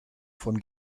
von